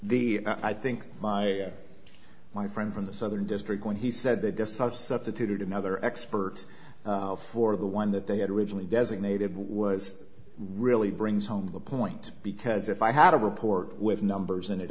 the i think by my friend from the southern district when he said they decide substituted another expert for the one that they had originally designated was really brings home the point because if i had a report with numbers and